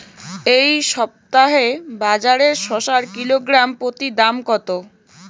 এই সপ্তাহে বাজারে শসার কিলোগ্রাম প্রতি দাম কত?